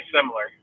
similar